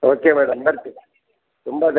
okay madam ಭರ್ತಿ ತುಂಬಿದೆ